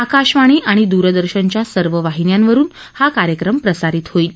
आकाशवाणी आणि द्रदर्शनच्या सर्व वाहिन्यावरुन हा कार्यक्रम प्रसारित होईल